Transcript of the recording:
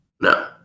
no